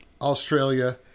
Australia